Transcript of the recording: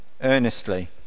earnestly